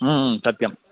सत्यम्